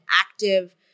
active